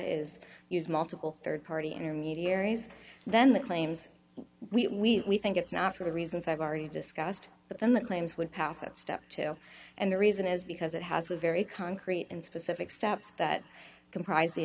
is use multiple rd party intermediaries then the claims we think it's not for the reasons i've already discussed but then the claims would pass at step two and the reason is because it has a very concrete and specific steps that comprise the